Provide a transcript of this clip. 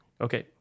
Okay